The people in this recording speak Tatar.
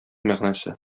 мәгънәсе